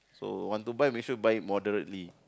so want to buy make sure buy moderately